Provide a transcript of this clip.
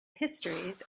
histories